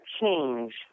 change